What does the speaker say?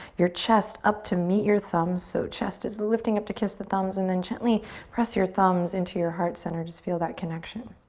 your chest up to meet your thumbs. so chest is lifting up to kiss the thumbs and then gently press your thumbs into your heart center. just feel that connection.